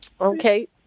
Okay